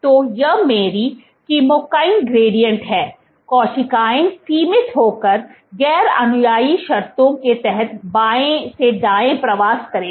तो यह मेरी केमोकाइन ग्रेडिएंट है कोशिकाओं सीमित होकर गैर अनुयायी शर्तों के तहत बाएं से दाएं प्रवास करेगी